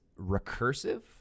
recursive